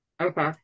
Okay